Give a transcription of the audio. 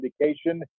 indication